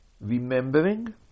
Remembering